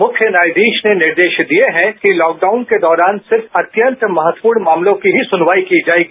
मुख्य न्यायाधीश ने निर्देश दिए हैं कि लॉकडाउन के दौरान सिर्फ अत्यंत महत्वपूर्ण मामलों की ही सनवाई की जाएगी